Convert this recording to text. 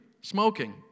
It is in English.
smoking